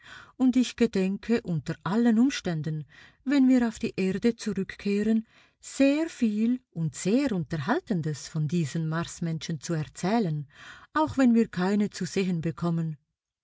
und ich gedenke unter allen umständen wenn wir auf die erde zurückkehren sehr viel und sehr unterhaltendes von diesen marsmenschen zu erzählen auch wenn wir keine zu sehen bekommen